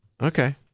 Okay